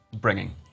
bringing